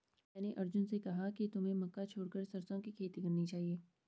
मैंने अर्जुन से कहा कि तुम्हें मक्का छोड़कर सरसों की खेती करना चाहिए